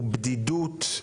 בדידות,